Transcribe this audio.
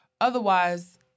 Otherwise